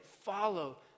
follow